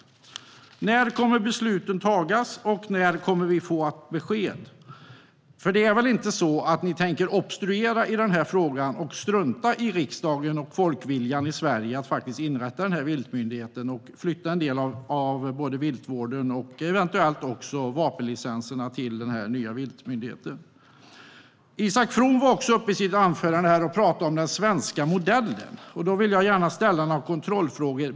När kommer besluten att tas? När kommer vi att få besked? Det är väl inte så att ni tänker obstruera i den här frågan och strunta i riksdagen och folkviljan i Sverige att faktiskt inrätta den här viltmyndigheten och flytta en del av både viltvården och eventuellt också vapenlicenserna till den nya viltmyndigheten? Isak From talade också i sitt anförande om den svenska modellen. Då vill jag gärna ställa några kontrollfrågor.